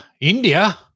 India